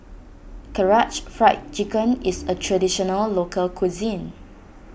Karaage Fried Chicken is a Traditional Local Cuisine